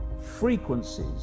frequencies